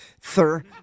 sir